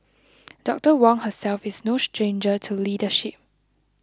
Doctor Wong herself is no stranger to leadership